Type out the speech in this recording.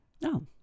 No